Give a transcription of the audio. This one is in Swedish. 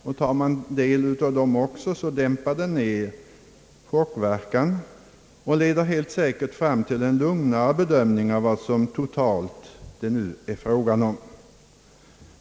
Tar man också del av dem, finner man att de dämpar chockverkan och leder fram till en lugnare bedömning av vad som det nu totalt är fråga om.